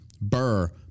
Burr